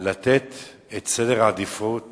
לתת את סדר העדיפות